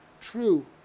True